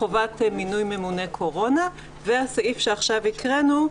חובת מינוי ממונה קורונה והסעיף שעכשיו קראנו,